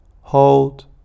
hold